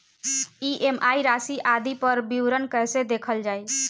EMI राशि आदि पर विवरण कैसे देखल जाइ?